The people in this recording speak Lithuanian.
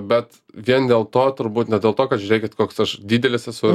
bet vien dėl to turbūt ne dėl to kad žiūrėkit koks aš didelis esu